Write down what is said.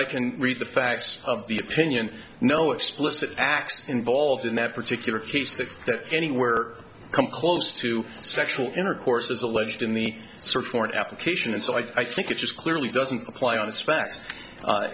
i can read the facts of the opinion no explicit acts involved in that particular case that anywhere close to sexual intercourse as alleged in the search warrant application and so i think it's clearly doesn't apply on